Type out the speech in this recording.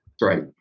right